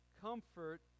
comfort